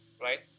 right